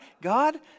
God